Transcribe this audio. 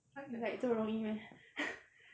这么容易 meh